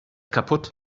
kaputt